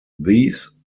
these